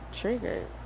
triggered